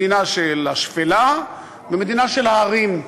מדינה של השפלה ומדינה של ההרים.